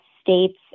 states